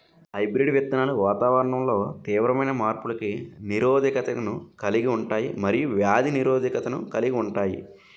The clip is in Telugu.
హైబ్రిడ్ విత్తనాలు వాతావరణంలో తీవ్రమైన మార్పులకు నిరోధకతను కలిగి ఉంటాయి మరియు వ్యాధి నిరోధకతను కలిగి ఉంటాయి